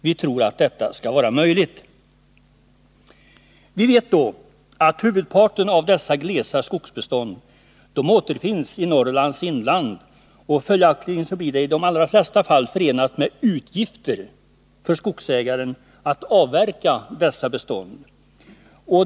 Vi tror att detta skall vara möjligt. Vi vet då att huvudparten av dessa glesa skogsbestånd återfinns i Norrlands inland, och följaktligen blir det i de allra flesta fall förenat med utgifter för skogsägare att avverka dessa bestånd.